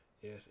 yes